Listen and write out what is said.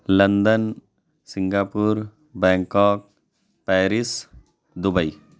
London Singapore Bangkok Paris Dubai